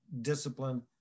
discipline